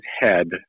head